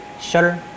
Shutter